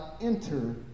enter